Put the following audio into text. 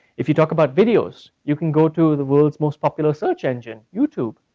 if you talk about videos, you can go to the world's most popular search engine, youtube.